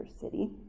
city